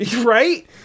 right